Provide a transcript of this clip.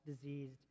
diseased